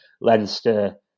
Leinster